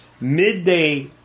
midday